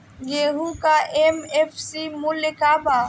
गेहू का एम.एफ.सी मूल्य का बा?